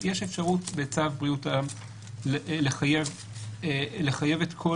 יש אפשרות בצו בריאות העם לחייב את כל